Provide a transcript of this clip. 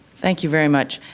thank you very much.